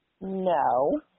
No